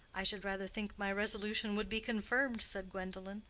i should rather think my resolution would be confirmed, said gwendolen.